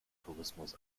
tourismus